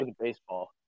baseball